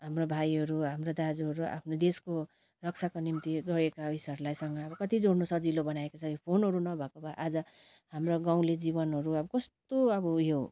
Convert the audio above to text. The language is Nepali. हाम्रो भाइहरू हाम्रो दाजुहरू आफ्नो देशको रक्षाका निम्ति गएका उयोसहरूलाई सँग अब कति जोड्न सजिलो बनाएको छ यो फोनहरू नभएको भए आज हाम्रो गाउँले जीवनहरू अब कस्तो अब उयो